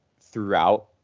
throughout